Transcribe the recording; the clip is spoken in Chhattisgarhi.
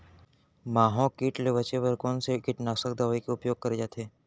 माहो किट ले बचे बर कोन से कीटनाशक दवई के उपयोग करे जाथे?